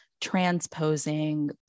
transposing